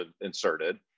inserted